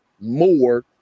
more